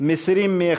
נגד, 61,